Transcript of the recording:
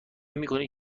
میکنی